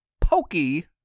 pokey